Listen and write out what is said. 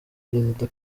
perezida